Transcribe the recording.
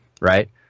right